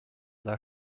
their